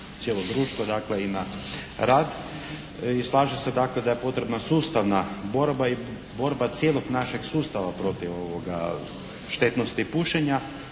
cijelo društvo, dakle i na rat i slažem se dakle da je potrebna sustavna borba i borba cijelog našeg sustava protiv štetnosti pušenja